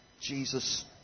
Jesus